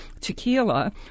Tequila